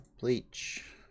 Bleach